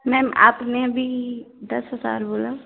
ma'am आपने अभी दस हजार बोला